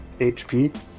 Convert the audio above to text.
HP